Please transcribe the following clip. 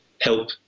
help